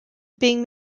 being